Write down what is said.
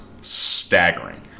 staggering